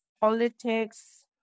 politics